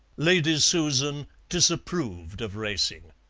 lady susan disapproved of racing.